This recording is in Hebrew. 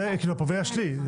זאת פריבילגיה שלי.